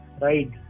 right